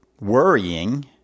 worrying